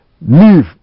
Leave